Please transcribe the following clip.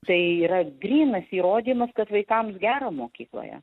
tai yra grynas įrodymas kad vaikams gera mokykloje